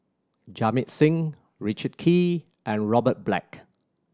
Jamit Singh Richard Kee and Robert Black